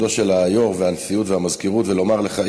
היושב-ראש והנשיאות והמזכירות ולומר לך,